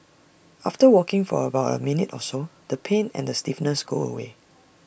after walking for about A minute or so the pain and stiffness go away